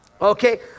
Okay